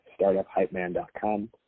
startuphypeman.com